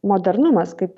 modernumas kaip ir